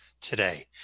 today